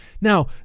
Now